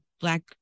black